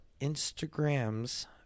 Instagrams